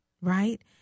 Right